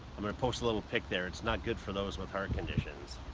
i'm gonna post a little pic there it's not good for those with heart conditions.